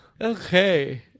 Okay